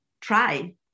try